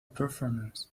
performance